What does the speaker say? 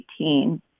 2018